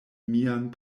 mian